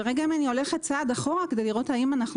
אם אני הולכת צעד אחורה כדי לראות האם אנחנו